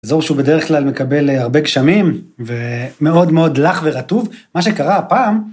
אזור שהוא בדרך כלל מקבל הרבה גשמים ומאוד מאוד לח ורטוב מה שקרה הפעם.